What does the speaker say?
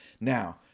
Now